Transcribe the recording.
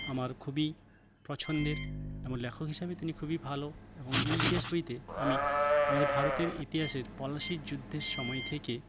আমার খুবই পছন্দের এবং লেখক হিসাবে তিনি খুবই ভালো এবং এই ইতিহাস বইতে আমি আমাদের ভারতের ইতিহাসের পলাশীর যুদ্ধের সময় থেকে